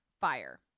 fire